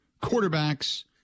quarterbacks